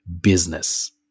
business